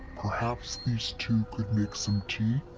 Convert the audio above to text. perhaps these two could make some tea?